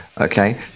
Okay